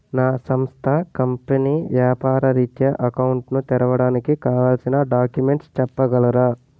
నా సంస్థ కంపెనీ వ్యాపార రిత్య అకౌంట్ ను తెరవడానికి కావాల్సిన డాక్యుమెంట్స్ చెప్పగలరా?